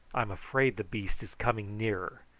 i'm afraid the beast is coming nearer.